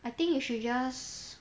I think you should just